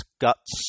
guts